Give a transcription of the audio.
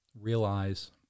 realize